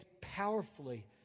powerfully